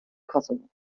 kosovo